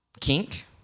Kink